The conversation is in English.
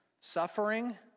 suffering